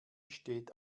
steht